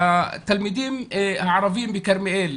התלמידים הערבים בכרמיאל,